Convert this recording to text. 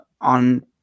on